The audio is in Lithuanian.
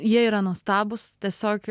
jie yra nuostabūs tiesiog